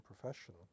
profession